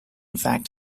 fact